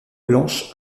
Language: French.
blanche